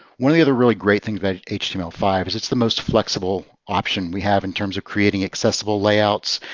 one of the other really great things about h t m l five is it's the most flexible option we have in terms of creating accessible layouts,